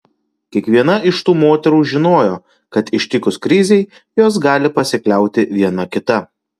kiekviena iš tų moterų žinojo kad ištikus krizei jos gali pasikliauti viena kita